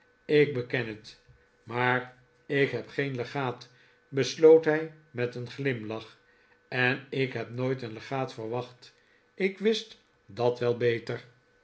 ik beken het maar ik heb geen legaat besloot hij met een glimlach r en ik heb nooit een legaat verwacht ik wist dat wel beter